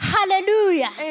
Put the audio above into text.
Hallelujah